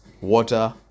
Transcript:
water